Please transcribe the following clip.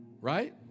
Right